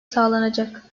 sağlanacak